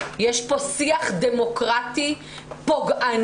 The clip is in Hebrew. יש כאן שיח דמוקרטי פוגעני,